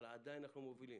אבל עדיין אנחנו מובילים.